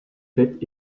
faite